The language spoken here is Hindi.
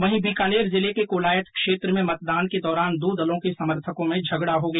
वहीं बीकानेर जिले के कोलायत क्षेत्र में मतदान के दौरान दो दलों के समर्थकों में झगडा हो गया